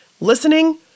listening